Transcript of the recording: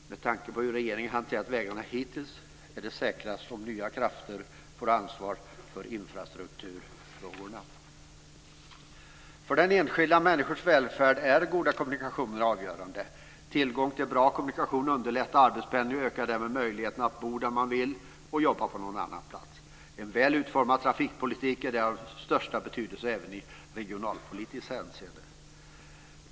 Med tanke på hur regeringen har hanterat vägarna hittills är det säkrast om nya krafter får ansvar för infrastrukturfrågorna. För enskilda människors välfärd är goda kommunikationer avgörande. Tillgång till bra kommunikationer underlättar arbetspendling och ökar därmed möjligheterna att bo där man vill och jobba på någon annan plats. En väl utformad trafikpolitik är därmed av största betydelse även i regionalpolitiskt hänseende.